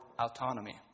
autonomy